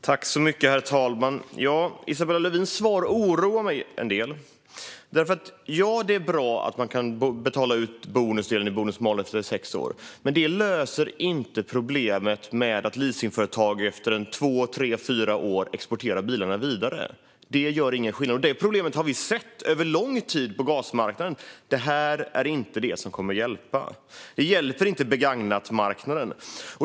Herr talman! Isabella Lövins svar oroar mig en del. Ja, det är bra att man kan betala ut bonusen i bonus-malus efter sex år. Men det löser inte problemet med att leasingföretag efter två, tre, fyra år exporterar vidare bilarna. Det gör ingen skillnad. Detta problem har vi sett under lång tid på gasmarknaden. Det här är inte det som kommer att hjälpa. Det hjälper inte begagnatmarknaden.